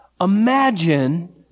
Imagine